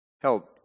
Help